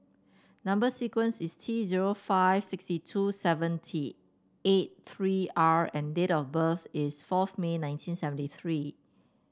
number sequence is T zero five sixty two seventy eight three R and date of birth is fourth May nineteen seventy three